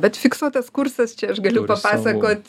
bet fiksuotas kursas čia aš galiu papasakot